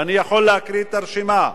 ואני יכול להקריא את הרשימה,